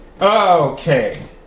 Okay